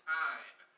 time